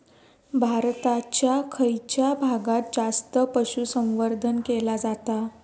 भारताच्या खयच्या भागात जास्त पशुसंवर्धन केला जाता?